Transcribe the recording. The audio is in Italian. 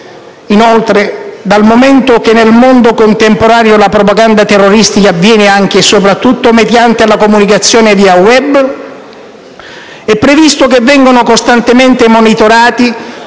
Inoltre, dal momento che nel mondo contemporaneo la propaganda terroristica avviene anche e soprattutto mediante la comunicazione via *web*, è previsto che vengano costantemente monitorati